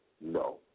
no